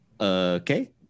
Okay